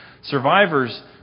Survivors